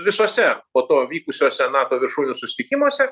visuose po to vykusiuose nato viršūnių susitikimuose